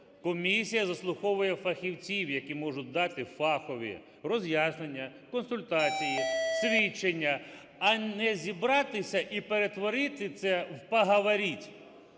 Комісія заслуховує фахівців, які можуть дати фахові роз’яснення, консультації, свідчення, а не зібратися і перетворити це в "поговорить".